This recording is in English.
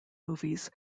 movies